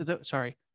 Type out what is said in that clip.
Sorry